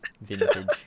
Vintage